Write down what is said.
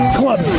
club